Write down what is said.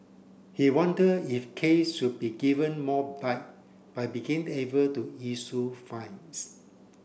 he wonder if Case should be given more bite by begin able to issue fines